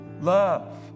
love